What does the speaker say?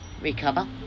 Recover